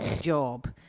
job